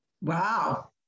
Wow